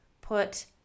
put